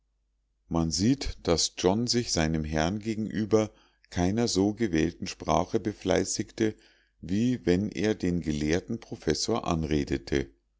man sieht daß john sich seinem herrn gegenüber keiner so gewählten sprache befleißigte wie wenn er den gelehrten professor anredete